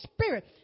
Spirit